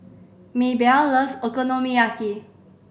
Mabelle loves Okonomiyaki